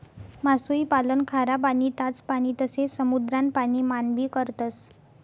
मासोई पालन खारा पाणी, ताज पाणी तसे समुद्रान पाणी मान भी करतस